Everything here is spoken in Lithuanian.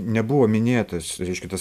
nebuvo minėtas reiškia tas